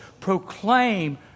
proclaim